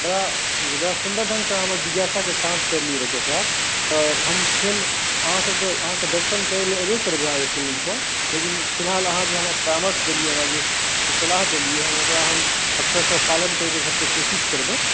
बड़ा सुन्दर ढ़ंगसँ अहाँ हमर जिज्ञासाके शान्त करलियै डॉक्टर साहेब तऽ हम फेर अहाँसँ दर्शन करै लए आयबे करबै अहाँके क्लिनिक पर लेकिन फिलहाल अहाँ जे हमरा परामर्श देलियै हँ जे सलाह देलियै हँ ओ हमरा हम अच्छा से पालन करैके घरमे कोशिश करबै